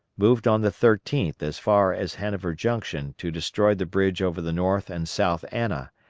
moved on the thirteenth as far as hanover junction to destroy the bridge over the north and south anna,